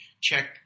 check